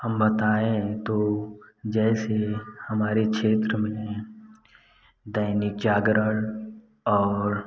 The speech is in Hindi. हम बताएँ तो जैसे हमारे क्षेत्र में हैं दैनिक जागरण और